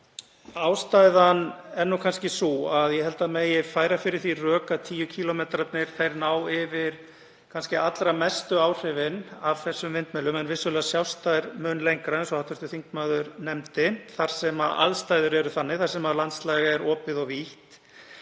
Ástæðan er kannski sú að ég held að það megi færa fyrir því rök að 10 kílómetrarnir nái yfir kannski allra mestu áhrifin af vindmyllum en vissulega sjást þær mun lengra, eins og hv. þingmaður nefndi, þar sem aðstæður eru þannig, þar sem landslag er opið og vítt.